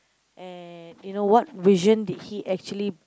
and you know what vision did he actually